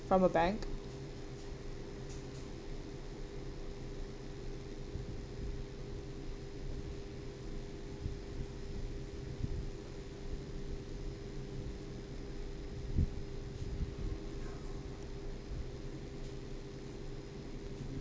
from a bank